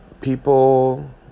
people